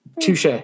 Touche